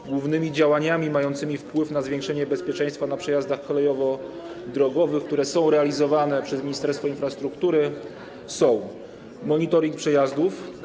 Do głównych działań mających wpływ na zwiększenie bezpieczeństwa na przejazdach kolejowo-drogowych, które są realizowane przez Ministerstwo Infrastruktury, należy, po pierwsze, monitoring przejazdów.